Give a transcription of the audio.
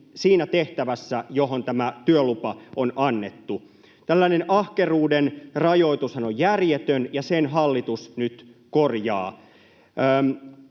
siinä tehtävässä, johon tämä työlupa on annettu. Tällainen ahkeruuden rajoitushan on järjetön, ja sen hallitus nyt korjaa.